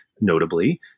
notably